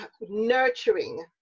nurturing